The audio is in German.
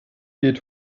geht